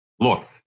look